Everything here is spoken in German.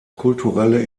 kulturelle